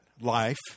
life